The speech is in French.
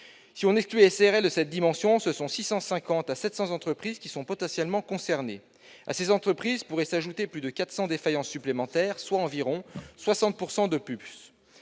Si on exclut les SARL de cette dimension, ce sont 650 à 700 entreprises qui sont potentiellement concernées. À ces entreprises, pourraient s'ajouter plus de 400 défaillances supplémentaires- soit environ 60 % de plus.